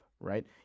right